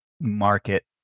market